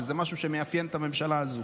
שזה משהו שמאפיין את הממשלה הזו.